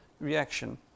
reaction